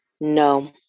No